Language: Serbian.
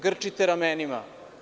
Grčite ramenima.